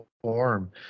form